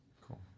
Cool